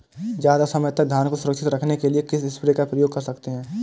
ज़्यादा समय तक धान को सुरक्षित रखने के लिए किस स्प्रे का प्रयोग कर सकते हैं?